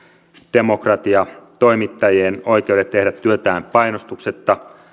demokratia toimittajien oikeudet tehdä työtään painostuksetta